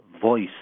voice